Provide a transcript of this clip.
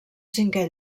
cinquè